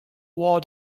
war